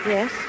Yes